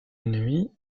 nuit